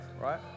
right